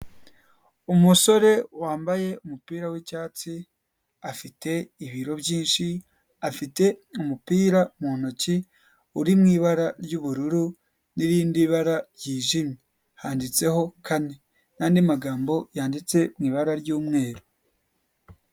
Umusore wambaye umupira w'icyatsi afite ibiro byinshi, afite umupira mu ntoki uri mu ibara ry'ubururu n'irindi bara ryijimye, handitseho kane n'andi magambo yanditse mu ibara ry'umweru.